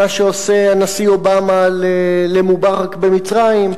מה שעושה הנשיא אובמה למובארק במצרים,